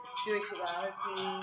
spirituality